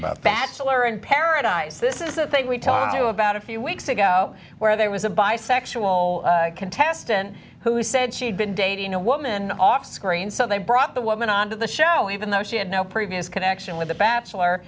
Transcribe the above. about bachelor in paradise this is a thing we talked to you about a few weeks ago where there was a bisexual contestant who said she'd been dating a woman off screen so they brought the woman onto the show even though she had no previous connection with the bachelor